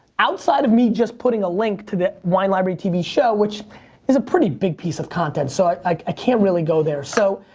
outside of me just putting a link to the wine library tv show, which is a pretty big piece of content, so i like can't really go there, so.